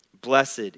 Blessed